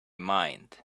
mind